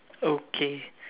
okay